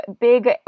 big